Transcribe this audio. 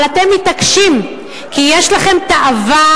אבל אתם מתעקשים.